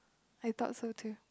I thought so too